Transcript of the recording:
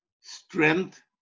strength